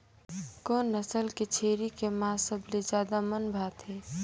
कोन नस्ल के छेरी के मांस सबले ज्यादा मन भाथे?